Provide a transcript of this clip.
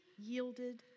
yielded